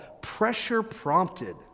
pressure-prompted